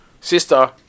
Sister